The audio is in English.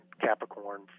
Capricorn